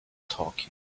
talking